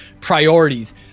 priorities